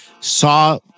saw